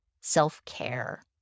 self-care